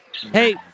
Hey